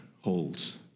holds